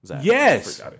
Yes